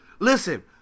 Listen